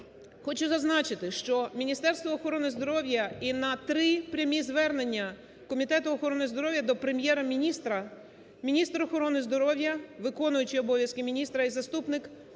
Хочу зазначити, що Міністерство охорони здоров'я і на три прямі звернення Комітету охорони здоров'я до Прем’єр-міністра, міністр охорони здоров'я, виконуючий обов'язки міністра і заступник